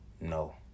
No